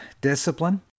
discipline